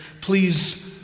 Please